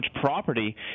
property